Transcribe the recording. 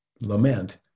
lament